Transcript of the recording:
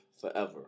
Forever